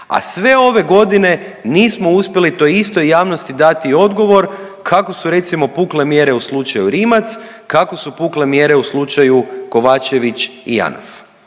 a sve ove godine nismo uspjeli toj istoj javnosti dati odgovor kako su, recimo, pukle mjere u slučaju Rimac, kako su pukle mjere u slučaju Kovačević i Janaf.